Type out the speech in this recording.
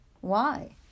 Why